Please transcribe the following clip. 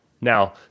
Now